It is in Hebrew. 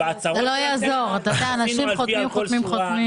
בהצהרות עשינו וי על כל שורה,